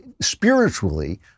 spiritually